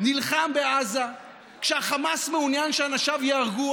נלחם בעזה כשהחמאס מעוניין שאנשיו ייהרגו,